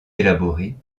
élaborée